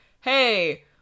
hey